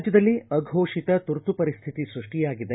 ರಾಜ್ಯದಲ್ಲಿ ಅಘೋಷಿತ ತುರ್ತುಪರಿಸ್ಥಿತ ಸ್ಕಷ್ಪಿಯಾಗಿದೆ